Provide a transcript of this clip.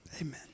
Amen